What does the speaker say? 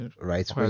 Right